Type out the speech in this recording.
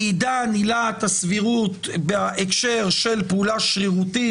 לעידן עילת הסבירות בהקשר של פעולה שרירותית,